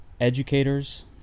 educators